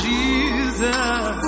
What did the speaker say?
Jesus